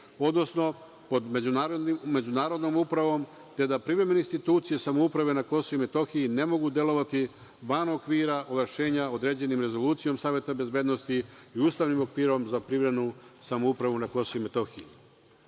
odnosno pod međunarodnom upravom, te da privremene institucije samouprave na KiM ne mogu delovati van okvira ovlašćenja određenih Rezolucijom Saveta bezbednosti i ustavnim okvirom za privremenu samoupravu na KiM.Zarad